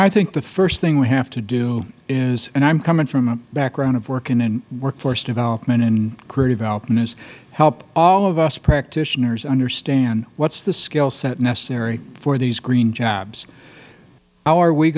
i think the first thing we have to do is and i am coming from a background of working in workforce development and career development is help all of us practitioners understand what is the skill set necessary for these green jobs how are we